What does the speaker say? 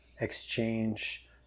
exchange